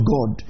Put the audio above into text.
God